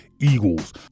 eagles